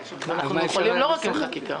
אנחנו יכולים לפעול לא רק עם חקיקה.